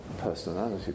personality